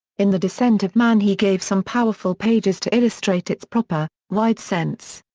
in the descent of man he gave some powerful pages to illustrate its proper, wide sense.